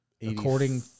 according